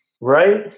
right